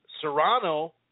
Serrano